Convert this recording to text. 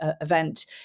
event